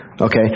Okay